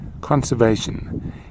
Conservation